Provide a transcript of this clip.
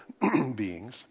beings